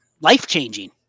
life-changing